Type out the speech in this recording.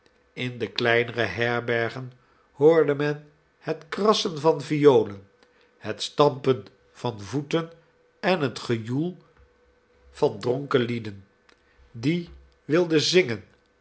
in de kleinere herbergen hoorde men het krassen van violen het stampen van voeten en het gejoel van dronken lieden die wilden zingen